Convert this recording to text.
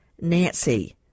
nancy